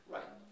Right